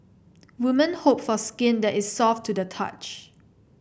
women hope for skin that is soft to the touch